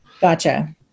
Gotcha